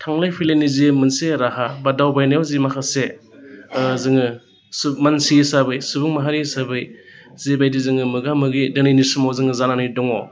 थांलाय फैलायनि जि मोनसे राहा बा दावबायनायाव जि माखासे जोङो मानसि हिसाबै सुबुं माहारि हिसाबै जिबायदि जोङो मोगा मोगि दिनैनि समाव जोङो जानानै दङ